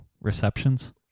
receptions